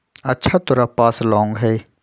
अच्छा तोरा पास लौंग हई?